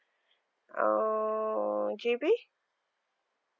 uh G_B